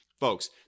Folks